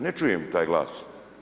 Ne čujem taj glas.